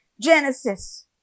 Genesis